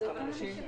אלו אותם אנשים.